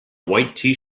white